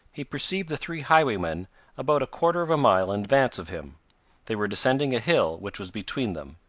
he perceived the three highwaymen about a quarter of a mile in advance of him they were descending a hill which was between them,